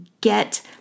get